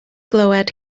glywed